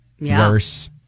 worse